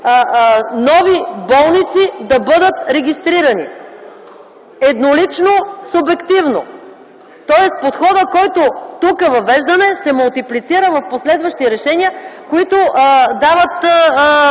нови болници да бъдат регистрирани – еднолично и субективно. Тоест подходът, който въвеждаме тук, се мултиплицира в последващи решения, които дават